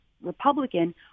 Republican